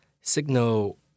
signal